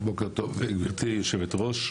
בוקר טוב גברתי יושבת הראש.